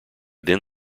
then